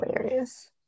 hilarious